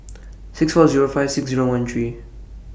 six four Zero five six Zero one three